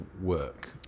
work